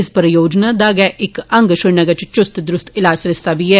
इस परियोजना दा गै इक अंग श्रीनगर च चुस्त दरुस्ता इलाज सरिस्ता बी ऐ